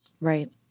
Right